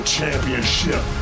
Championship